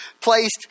placed